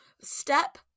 step